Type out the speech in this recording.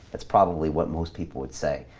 it's probably what most people would say,